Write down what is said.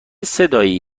صدایی